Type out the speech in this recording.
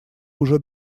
уже